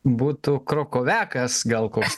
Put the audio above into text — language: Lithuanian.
būtų krokoviakas gal koks